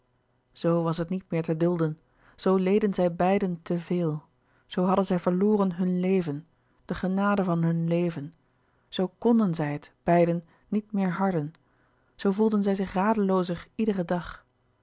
zoo was het niet meer te dulden zoo leden zij beiden te veel zoo hadden zij verloren hun leven de genade van hun leven zoo knden zij het beiden niet meer harden zoo voelden zij zich radeloozer iederen dag